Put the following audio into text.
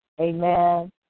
Amen